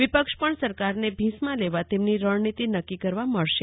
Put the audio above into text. વિપક્ષ પણ સરકારને ભીસમાં લેવા તેમની રણનીતી નક્કી કરવા મળનાર છે